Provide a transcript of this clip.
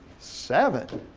seven,